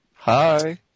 Hi